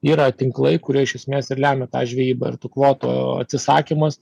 yra tinklai kurie iš esmės ir lemia tą žvejybą ir tų kvotų atsisakymas